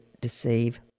deceive